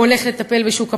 הולך לטפל בשוק הפנסיה,